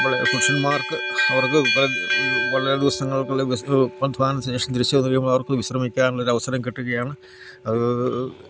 വളരെ പുരുഷന്മാർക്ക് അവർക്ക് വളരെ ദിവസങ്ങൾക്ക് ഉള്ളിൽ ജെസ്റ്റ് ഒരു അധ്വാനത്തിന് ശേഷം തിരിച്ചു വിശ്രമിക്കാനുള്ള ഒരു അവസരം കിട്ടുകയാണ് അത്